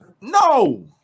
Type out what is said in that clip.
No